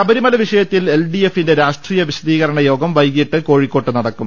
ശബരിമല വിഷയത്തിൽ എൽഡിഎഫിന്റെ രാഷ്ട്രീയ വിശദീകരണ യോഗം വൈകീട്ട് കോഴിക്കോട്ട് നടക്കും